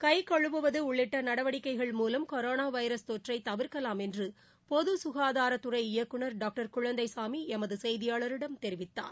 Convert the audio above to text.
கை கழுவுவது உள்ளிட்ட நடவடிக்கைகள் மூலம் கொரோனா வைரஸ் தொற்றை தவிர்க்கலாம் என்று பொது ககாதாரத்துறை இயக்குனர் டாக்டர் குழந்தைசாமி எமது செய்தியாளரிடம் தெரிவித்தார்